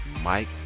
Mike